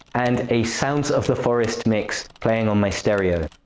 and a sounds of the forest mix playing on my stereo.